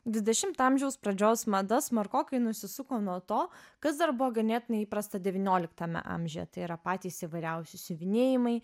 dvidešimto amžiaus pradžios mada smarkokai nusisuko nuo to kas dar buvo ganėtinai įprasta devynioliktame amžiuje tai yra patys įvairiausi siuvinėjimai